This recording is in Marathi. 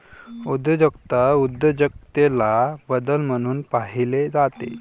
उद्योजकता उद्योजकतेला बदल म्हणून पाहिले जाते